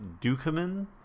Dukeman